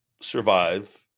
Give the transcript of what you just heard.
survive